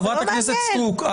חברת הכנסת סטרוק,